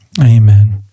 Amen